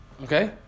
Okay